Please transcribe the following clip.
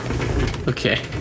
Okay